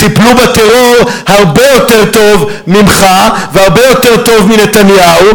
טיפלו בטרור הרבה יותר טוב ממך והרבה יותר טוב מנתניהו,